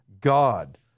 god